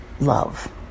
love